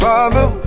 Father